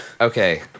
Okay